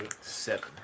Seven